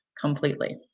completely